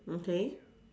okay